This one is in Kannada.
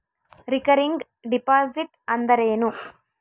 ರಿಕರಿಂಗ್ ಡಿಪಾಸಿಟ್ ಅಂದರೇನು?